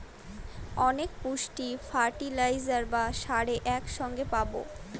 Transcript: অনেক পুষ্টি ফার্টিলাইজার বা সারে এক সঙ্গে পাবো